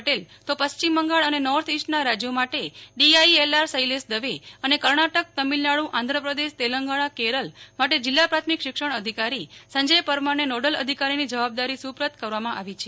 પટેલ તો પશ્ચિમ બંગાળ અને નોર્થ ઈસ્ટના રાજ્યો માટે ડીઆઈએલઆર શૈલેશ દવે કર્ણાટક તામિલનાડુ આંધ્રપ્રદેશ તેલંગાણા કેરળ માટે જિલ્લા પ્રાથમિક અને શિક્ષણાધિકારી સંજય પરમારને નોડેલ અધિકારીની જવાબદારી સુપ્રત કરવામાં આવી છે